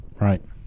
Right